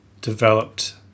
developed